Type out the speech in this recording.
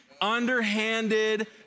underhanded